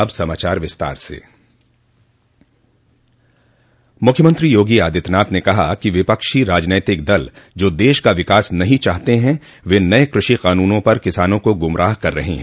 अब समाचार विस्तार से मुख्यमंत्री योगी आदित्यनाथ ने कहा कि विपक्षी राजनीतिक दल जो देश का विकास नहीं चाहते हैं वे नये कृषि कानूनों पर किसानों को गुमराह कर रहे हैं